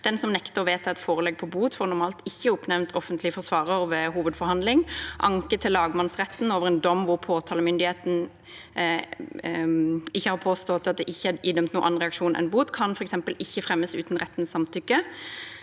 Den som nekter å vedta et forelegg på bot, får normalt ikke oppnevnt offentlig forsvarer ved hovedforhandling. Anke til lagmannsretten over en dom hvor påtalemyndigheten ikke har påstått og det ikke er idømt noen annen reaksjon enn bot, kan f.eks. ikke fremmes uten rettens samtykke,